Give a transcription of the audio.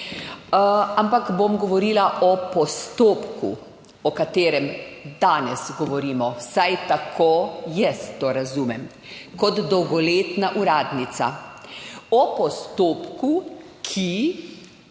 ampak bom govorila o postopku, o katerem danes govorimo, vsaj tako jaz to razumem, kot dolgoletna uradnica. O postopku, ki